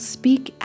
speak